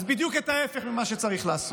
אז בדיוק את ההפך ממה שצריך לעשות.